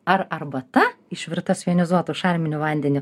ar arbata išvirta su jonizuotu šarminiu vandeniu